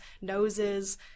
noses